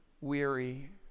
weary